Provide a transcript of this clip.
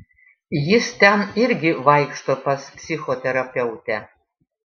jis ten irgi vaikšto pas psichoterapeutę